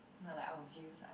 not like our views are